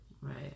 right